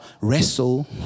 wrestle